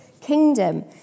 kingdom